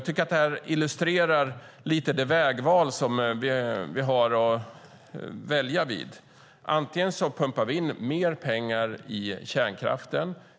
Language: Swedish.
Detta illustrerar lite det vägval som vi står inför. Vi kan välja att pumpa in mer pengar i kärnkraften.